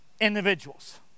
individuals